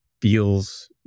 feels